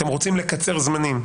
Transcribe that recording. אתם רוצים לקצר זמנים?